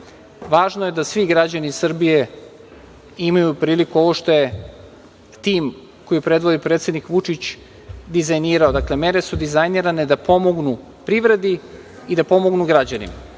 važno je da svi građani Srbije imaju priliku, ovo što je tim koji predvodi predsednik Vučić, dizajnirao. Dakle, mere su dizajnirane da pomognu privredi i da pomognu građanima.